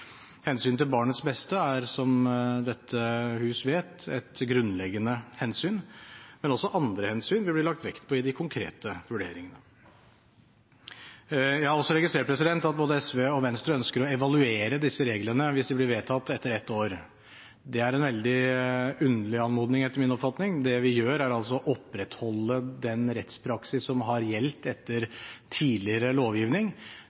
til barnets beste er, som dette hus vet, et grunnleggende hensyn, men også andre hensyn vil bli lagt vekt på i de konkrete vurderingene. Jeg har også registrert at både SV og Venstre ønsker å evaluere disse reglene etter et år hvis de blir vedtatt. Det er en veldig underlig anmodning, etter min oppfatning. Det vi gjør, er å opprettholde den rettspraksis som har gjeldt etter tidligere lovgivning.